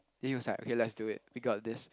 he was like okay let's do it we got this